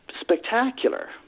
spectacular